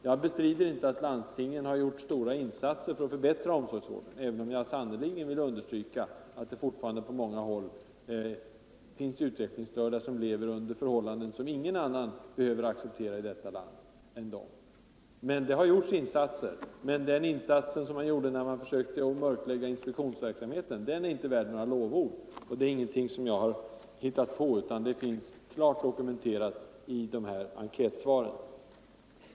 Jag bestrider inte att landstingen har gjort stora insatser för att förbättra omsorgsvården — även om jag sannerligen vill understryka att det fort 87 farande på många håll finns utvecklingsstörda som lever under förhållanden som ingen annan behöver acceptera i detta land. Det har alltså gjorts insatser, men den insats som man gjorde när man försökte mörklägga inspektionsverksamheten är inte värd några lovord. Det här är ingenting som jag har hittat på, utan det finns klart dokumenterat i enkätsvaren.